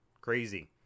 Crazy